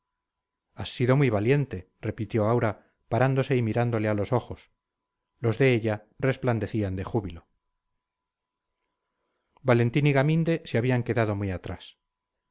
has sido muy valiente repitió aura parándose y mirándole a los ojos los de ella resplandecían de júbilo valentín y gaminde se habían quedado muy atrás